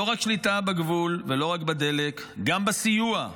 לא רק שליטה בגבול ולא רק בדלק, גם בסיוע.